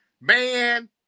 Man